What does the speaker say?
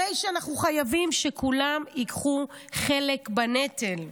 הרי שאנחנו חייבים שכולם ייקחו חלק בנטל.